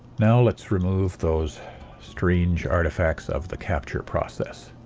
now let's remove those strange artefacts of the capture process.